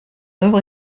œuvre